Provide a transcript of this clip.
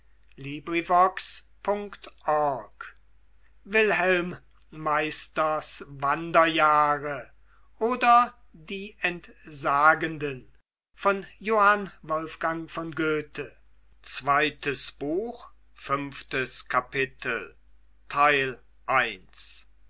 wilhelm meisters wanderjahre oder die entsagenden